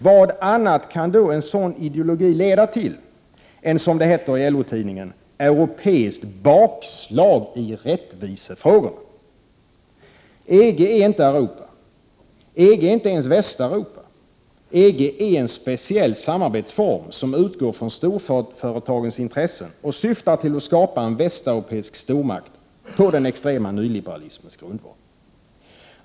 Vad annat kan en sådan ideologi leda till än — som det heter i LO-tidningen — ”europeiskt bakslag i rättvisefrågorna”. EG är inte Europa. EG är inte ens Västeuropa. EG är en speciell samarbetsform som utgår från storföretagens intressen och syftar till att skapa en västeuropeisk stormakt på den extrema nyliberalismens grundval.